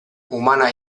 umana